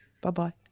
Bye-bye